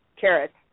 carrots